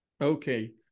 Okay